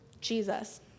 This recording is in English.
Jesus